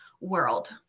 world